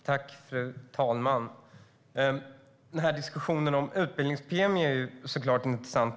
Fru talman! Diskussionen om utbildningspremie är intressant.